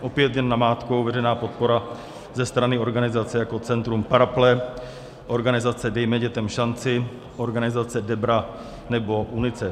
Opět jen namátkou podpora ze strany organizace, jako je Centrum Paraple, organizace Dejme dětem šanci, organizace DEBRA nebo UNICEF.